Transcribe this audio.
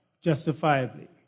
justifiably